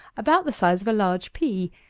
about the size of a large pea,